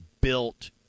built